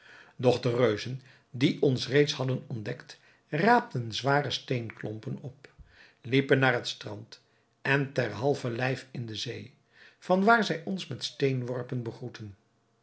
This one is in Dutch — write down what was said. de reuzen die ons reeds hadden ontdekt raapten zware steenklompen op liepen naar het strand en ter halve lijf in de zee van waar zij ons met steenworpen begroetten